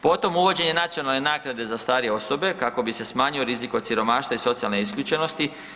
Potom uvođenje nacionalne naknade za starije osobe kako bi se smanjio rizik od siromaštva i socijalne isključenosti.